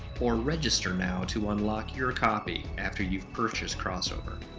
or register now to unlock your copy after you've purchased crossover.